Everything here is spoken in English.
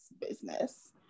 business